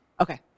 Okay